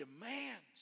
demands